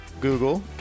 Google